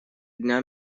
дня